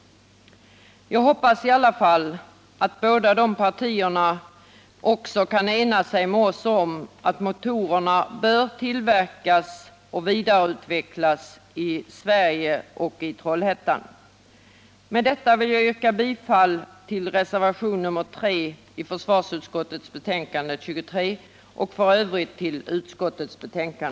'Jag hoppas i alla fall att båda dessa partier också kan enas med oss om att motorerna bör tillverkas och vidareutvecklas i Sverige och i Trollhättan. Med detta vill jag yrka bifall till reservationen 3 vid försvarsutskottets betänkande nr 23 och f. ö. till utskottets hemställan.